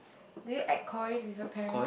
do you act coy with your parent